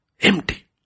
Empty